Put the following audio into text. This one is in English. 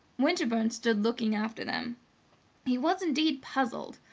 winterbourne stood looking after them he was indeed puzzled.